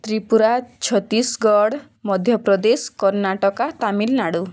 Tripura Chhattisgarh Madhya Pradesh Karnataka Tamil Nadu